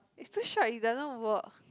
it's too short it doesn't work